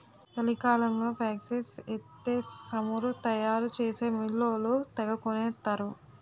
చలికాలంలో ఫేక్సీడ్స్ ఎత్తే సమురు తయారు చేసే మిల్లోళ్ళు తెగకొనేత్తరు